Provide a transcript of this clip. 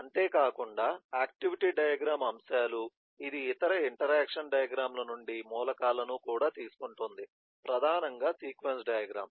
అంతేకాకుండా activity diagram అంశాలు ఇది ఇతర ఇంటరాక్షన్ డయాగ్రమ్ ల నుండి మూలకాలను కూడా తీసుకుంటుంది ప్రధానంగా సీక్వెన్స్ డయాగ్రమ్